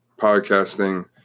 podcasting